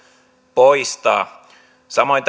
poistaa samoin